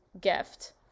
gift